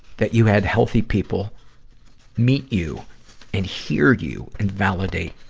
that you had healthy people meet you and hear you and validate.